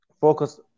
focus